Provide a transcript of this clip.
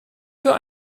für